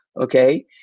okay